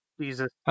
Jesus